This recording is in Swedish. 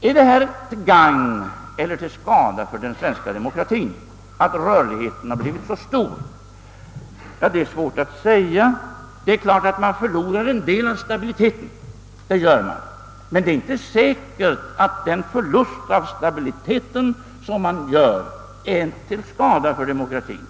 Är det till gagn eller till skada för den svenska demokratien att rörligheten blivit så stor? Ja, det är svårt att säga. Självfallet förlorar man en del av stabiliteten, men det är inte säkert att denna förlust är till skada för demokratien.